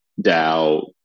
DAO